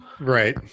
Right